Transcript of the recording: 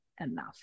enough